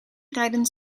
rijden